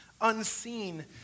unseen